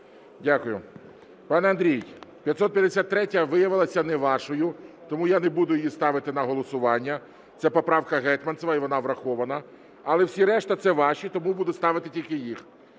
Дякую. Пане Андрію, 553-я виявилася не вашою. Тому я не буду її ставити на голосування. Це поправка Гетманцева, і вона врахована. Але всі решта – це ваші. Тому буду ставити тільки їх.